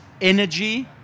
energy